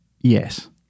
Yes